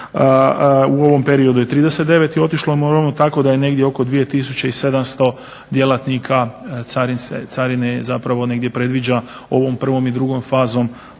U ovom periodu je 39 otišlo u mirovinu tako da je negdje oko 2700 djelatnika carine negdje predviđeno ovom prvom i drugom fazom